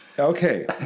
Okay